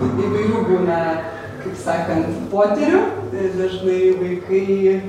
įvairių būna kaip sakant potyrių dažnai vaikai